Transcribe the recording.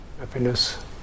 Happiness